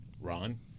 ron